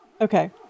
Okay